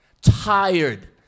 tired